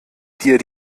dir